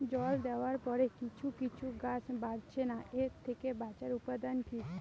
জল দেওয়ার পরে কিছু কিছু গাছ বাড়ছে না এর থেকে বাঁচার উপাদান কী?